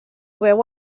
veu